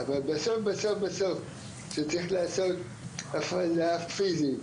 אבל בסוף בסוף צריך לעשות הפרדה פיזית,